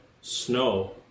snow